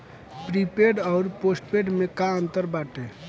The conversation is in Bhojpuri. प्रीपेड अउर पोस्टपैड में का अंतर बाटे?